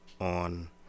on